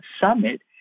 summit